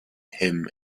him